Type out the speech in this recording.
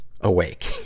awake